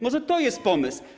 Może to jest pomysł.